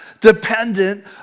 dependent